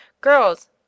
Girls